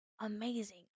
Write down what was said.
amazing